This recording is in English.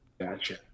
Gotcha